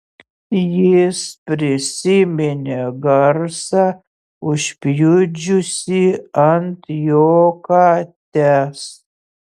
jis prisiminė garsą užpjudžiusį ant jo kates